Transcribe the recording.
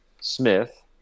Smith